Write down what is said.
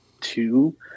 two –